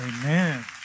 Amen